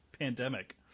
pandemic